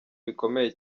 bikomeye